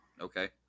Okay